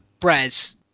Brez